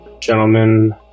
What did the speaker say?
gentlemen